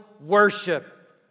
worship